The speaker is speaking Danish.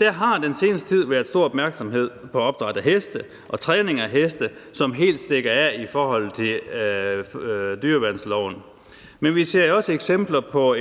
Der har i den seneste tid været stor opmærksomhed på opdræt og træning af heste, som stikker helt af i forhold til dyreværnsloven. Men vi ser også eksempler på